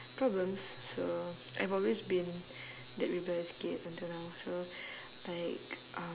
problems so I've always been that rebellious kid until now also like um